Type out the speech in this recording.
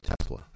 Tesla